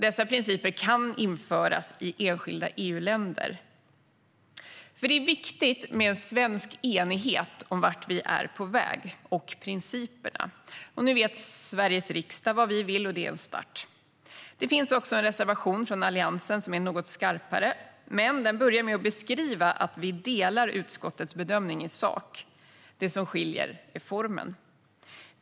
Dessa principer kan införas i enskilda EU-länder. Det är viktigt med svensk enighet om vart vi är på väg och om principerna. Nu vet Sveriges riksdag vad vi vill, och det är en start. Det finns en reservation från Alliansen som är något skarpare, men den börjar med att beskriva att vi delar utskottets bedömning i sak. Det som skiljer är formen.